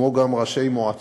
וראשי מועצות.